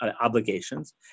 obligations